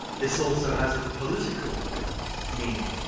this also has a political meaning,